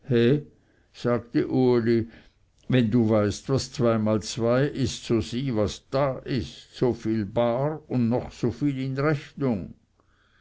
sagte uli wenn du weißt was zweimal zwei ist so sieh was da ist so viel bar und noch so viel in rechnung